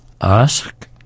Ask